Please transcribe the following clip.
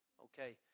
Okay